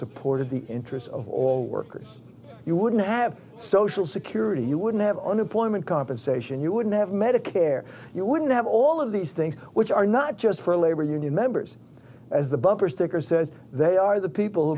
supported the interests of all workers you wouldn't have social security you wouldn't have unemployment compensation you wouldn't have medicare you wouldn't have all of these things which are not just for labor union members as the bumper sticker says they are the people who